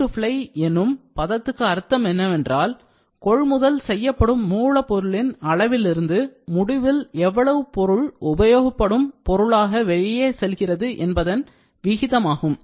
buy to fly என்னும் பதத்துக்கு அர்த்தம் என்னவென்றால் கொள்முதல் செய்யப்படும் மூலப்பொருளின் அளவிலிருந்து முடிவில் எவ்வளவு பொருள் உபயோகப்படும் பொருளாக வெளியே செல்கிறது என்பதன் விகிதமாகும்